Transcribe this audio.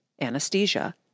anesthesia